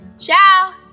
Ciao